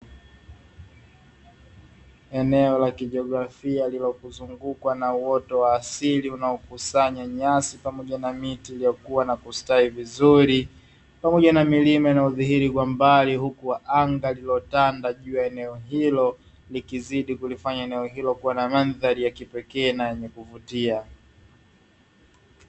Eneo la kijiografia lililozungukwa na uoto wa asili unaokusanya nyasi pamoja na miti iliyokuwa na kustawi vizuri, pamoja na milima inaydhihiri kwa mbali huku anga lililotanda juu ya eneo hilo likizidi kulifanya eneo hilo kuwa na mandhari ya kipekee na yenye kuvutia.